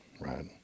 right